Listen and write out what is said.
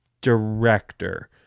director